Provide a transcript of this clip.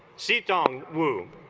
seat dong woo